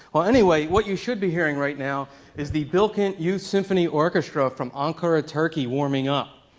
well, anyway, what you should be hearing right now is the bilkent youth symphony orchestra from ankara, turkey warming up.